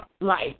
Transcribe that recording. life